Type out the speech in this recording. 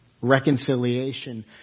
Reconciliation